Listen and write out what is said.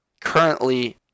currently